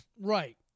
Right